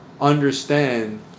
understand